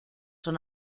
son